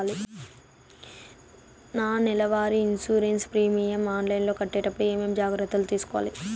నా నెల వారి ఇన్సూరెన్సు ప్రీమియం ఆన్లైన్లో కట్టేటప్పుడు ఏమేమి జాగ్రత్త లు తీసుకోవాలి?